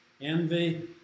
Envy